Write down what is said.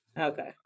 Okay